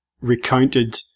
recounted